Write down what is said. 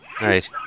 right